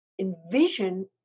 envision